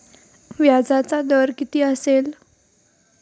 व्याजाचा दर किती असेल?